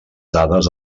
dades